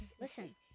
Listen